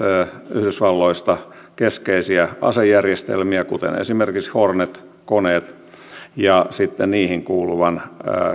yhdysvalloista keskeisiä asejärjestelmiä kuten esimerkiksi hornet koneet ja sitten niihin kuuluvan